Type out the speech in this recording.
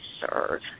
serve